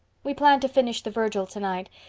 we plan to finish the virgil tonight.